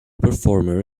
performer